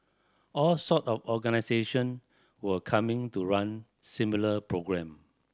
all sort of organisation were coming to run similar programme